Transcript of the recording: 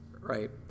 right